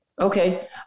Okay